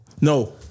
No